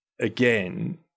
again